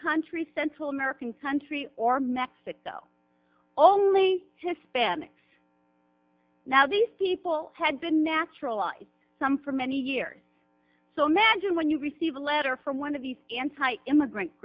country central american country or mexico only hispanics now these people had been naturalized some for many years so imagine when you receive a letter from one of these anti immigrant